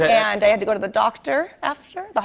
and i had to go to the doctor after.